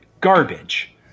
garbage